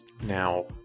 Now